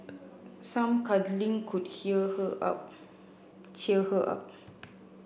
some cuddling could cheer her up